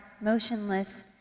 motionless